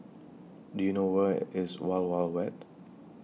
Do YOU know Where IS Wild Wild Wet